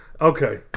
okay